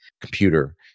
computer